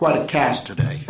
quite a cast today